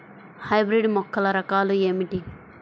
Hybrid మొక్కల రకాలు ఏమిటి?